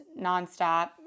nonstop